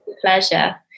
pleasure